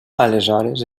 aleshores